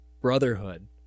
brotherhood